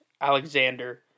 Alexander